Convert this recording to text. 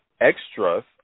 extras